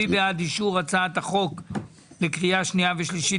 מי בעד אישור הצעת החוק לקריאה שנייה ושלישית,